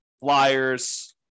flyers